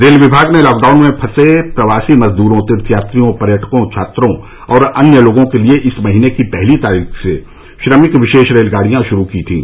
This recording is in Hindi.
रेल विभाग ने लॉकडाउन में फसे प्रवासी मजदूरों तीर्थयात्रियों पर्यटकों छात्रों और अन्य लोगों के लिए इस महीने की पहली तारीख से श्रमिक विशेष रेलगाड़ियां श्रू की थीं